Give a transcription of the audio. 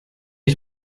ich